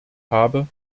habe